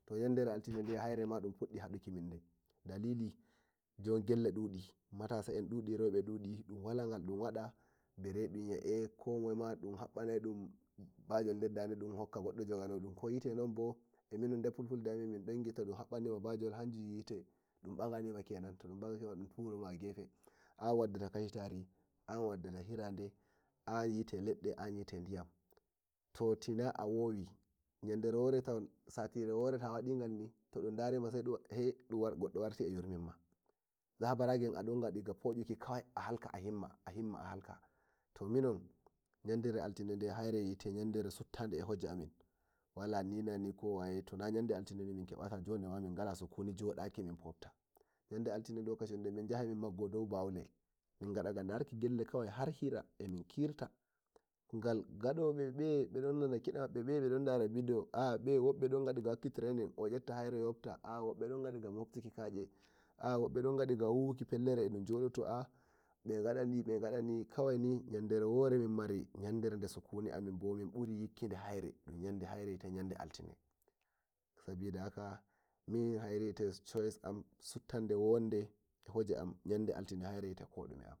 To yanɗe altine de ma dun fudi haduki minde dalili matasa en dudi reube dudi ɗun wala ko dun wada bare ɗun wi'a komoye dun habbanai ɗum ba jo dau dade dun hokka godo jogo no ɗun kowite non der Fulfulde ann to dun habbani ma bajol dun mbaganima kenan dun turo ma gefe an waddata kashitari an waddata hirande an wie ladde an wite diyam tina a waji satire wore to dunyimani goddo waratai eh yurmin ma tsabaragen a halka a hinma to minon yandere altine haire wite subtane hoje amin wala ni na ni kowaye tina yandere altine min ngala sukuni jodakima min potta yande altine minyahai min gabba dou baule min gada ga daruki der gelle har hira be dun nana kida be don dara video aa wobbe don gada tirenin eh etta haire eh yopta wobbe dun buwa pellel don jodoto wore min maride sukuni amin bo min mburi yikki yandere den haire yite yande altine sabida haka min haire wite e an suttande wonde eh hoje am yande altine haire wite ko ɗume.